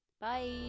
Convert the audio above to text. bye